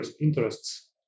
interests